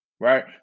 right